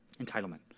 Entitlement